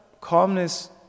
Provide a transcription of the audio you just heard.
calmness